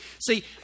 See